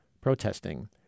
protesting